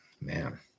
man